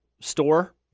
store